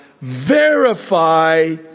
verify